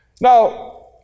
Now